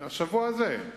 השבוע הזה.